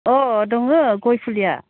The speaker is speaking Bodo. औ दङ गय फुलिया